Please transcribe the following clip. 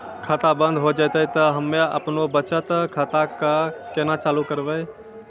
खाता बंद हो जैतै तऽ हम्मे आपनौ बचत खाता कऽ केना चालू करवै?